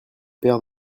paire